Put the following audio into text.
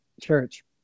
church